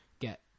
get